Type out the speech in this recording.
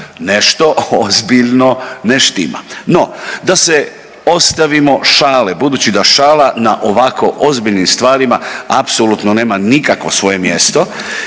Nešto ozbiljno ne štima. No da se ostavimo šale budući da šala na ovako ozbiljnim stvarima apsolutno nema nikakvo svoje mjesto